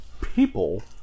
people